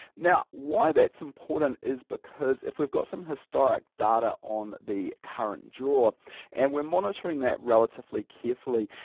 now why that's important is because if we've got some historic data on the current draw and we're monitoring that relatively carefully,